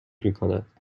میکند